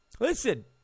Listen